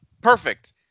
Perfect